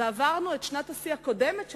עברנו את שנת השיא הקודמת,